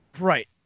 Right